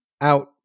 Out